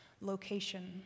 location